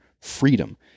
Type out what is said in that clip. freedom